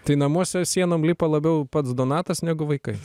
tai namuose sienom lipa labiau pats donatas negu vaikai